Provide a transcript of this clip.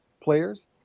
players